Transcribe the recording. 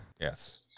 Yes